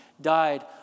died